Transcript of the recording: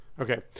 Okay